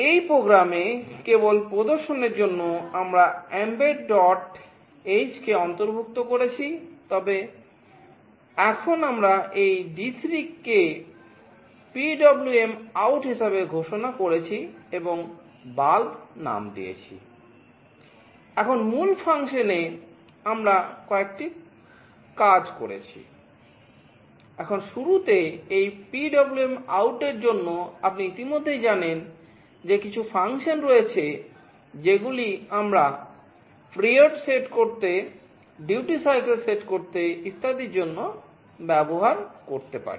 এই প্রোগ্রামে সেট করতে ডিউটি সাইকেল সেট করতে ইত্যাদির জন্য ব্যবহার করতে পারি